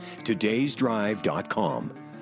todaysdrive.com